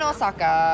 Osaka